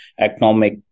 economic